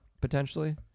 potentially